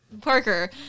Parker